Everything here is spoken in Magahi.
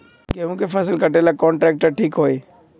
गेहूं के फसल कटेला कौन ट्रैक्टर ठीक होई?